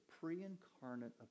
pre-incarnate